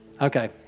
Okay